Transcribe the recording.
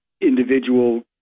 individual